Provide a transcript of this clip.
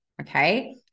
Okay